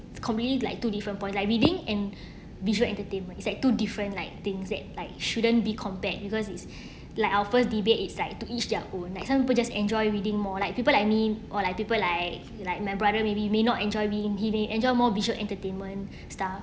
it's completely like two different point like reading and visual entertainment is like two different like things that like shouldn't be compared because it's like out first debate is like to each their own like some people just enjoy reading more like people like me or like people like like my brother maybe may not enjoy being reading enjoy more visual entertainment style